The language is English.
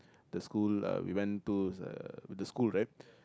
the school uh we went to uh with the school right